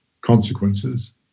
consequences